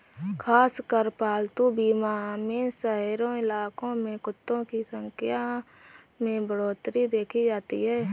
खासकर पालतू बीमा में शहरी इलाकों में कुत्तों की संख्या में बढ़ोत्तरी देखी जाती है